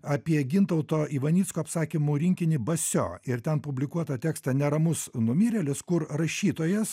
apie gintauto ivanicko apsakymų rinkinį basio ir ten publikuotą tekstą neramus numirėlis kur rašytojas